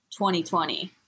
2020